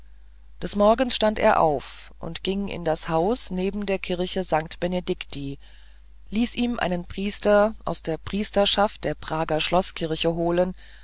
des morgens stand er auf und ging in das haus neben der kirchen st benedicti ließ ihm einen priester aus der priesterschaft der prager schloßkirchen holen